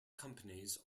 companies